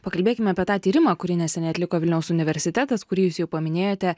pakalbėkime apie tą tyrimą kurį neseniai atliko vilniaus universitetas kurį jūs jau paminėjote